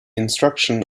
instruction